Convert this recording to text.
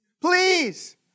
Please